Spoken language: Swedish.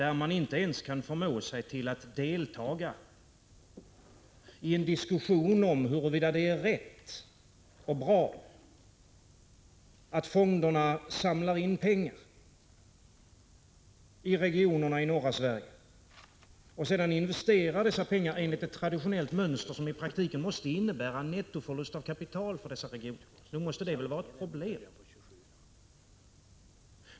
Man kan inte ens förmå sig till att deltaga i en diskussion om huruvida det är rätt och bra att fonderna samlar in pengar i regionerna i norra Sverige och investerar dessa medel enligt ett traditionellt mönster, som i praktiken måste innebära en nettoförlust av kapital för dessa regioner. Nog måste väl detta vara ett problem.